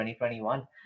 2021